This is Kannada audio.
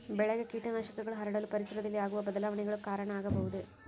ಬೆಳೆಗೆ ಕೇಟನಾಶಕಗಳು ಹರಡಲು ಪರಿಸರದಲ್ಲಿ ಆಗುವ ಬದಲಾವಣೆಗಳು ಕಾರಣ ಆಗಬಹುದೇ?